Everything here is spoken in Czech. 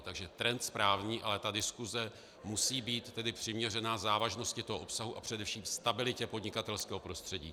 Takže trend správný, ale diskuse musí být tedy přiměřená závažnosti toho obsahu a především stabilitě podnikatelského prostředí.